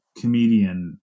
comedian